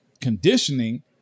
conditioning